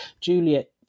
Juliet